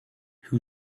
who